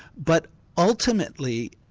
but alternately,